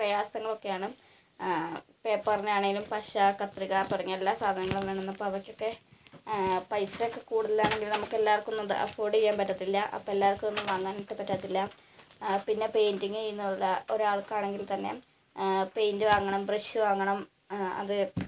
പ്രയാസങ്ങളൊക്കെയാണ് പേപ്പറിനാണെങ്കിലും പശ കത്രിക തുടങ്ങിയ എല്ലാ സാധനങ്ങളും വേണം അപ്പോൾ അവയ്ക്ക് ഒക്കെ പൈസയൊക്കെ കൂടുതലാണെങ്കിലും നമുക്കെല്ലാവർക്കൊന്നും അത് അഫോർഡ് ചെയ്യാൻ പറ്റത്തില്ല അതെല്ലാവർക്കും ഒന്നും വാങ്ങാനായിട്ട് പറ്റത്തില്ല ആ പിന്നെ പെയിൻ്റിങ്ങ് ചെയ്യുന്നവരുടെ ഒരാൾക്കാണെങ്കിൽ തന്നെ പെയിൻ്റ് വാങ്ങണം ബ്രഷ് വാങ്ങണം ആ അത്